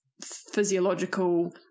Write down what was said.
physiological